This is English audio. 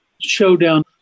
showdown